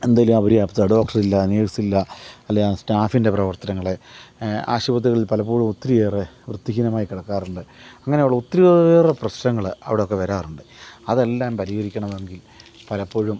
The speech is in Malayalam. എന്തേലും അവര് ഡോക്ടറില്ല നേഴ്സില്ല അല്ലെ ആ സ്റ്റാഫിൻ്റെ പ്രവർത്തനങ്ങളെ ആശുപത്രികളിൽ പലപ്പോഴും ഒത്തിരിയേറെ വൃത്തിഹീനമായി കിടക്കാറുണ്ട് അങ്ങനെ ഉള്ള ഒത്തിരിയേറെ പ്രശ്നങ്ങള് അവിടെയൊക്കെ വരാറുണ്ട് അതെല്ലാം പരിഹരിക്കണമെങ്കിൽ പലപ്പോഴും